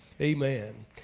Amen